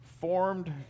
Formed